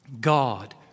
God